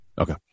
Okay